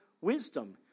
wisdom